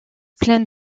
pleine